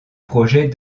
projet